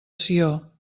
sió